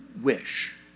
wish